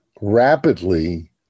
rapidly